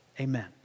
amen